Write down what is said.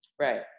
Right